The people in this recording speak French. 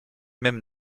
même